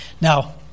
Now